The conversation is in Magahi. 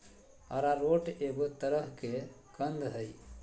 अरारोट एगो तरह के कंद हइ